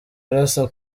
arasa